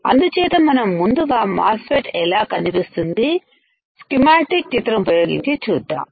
అందుచేత మనం ముందుగా మాస్ ఫెట్ ఎలా కనిపిస్తుంది స్కిమాటిక్ చిత్రం ఉపయోగించి చూద్దాం